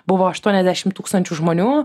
buvo aštuoniasdešim tūkstančių žmonių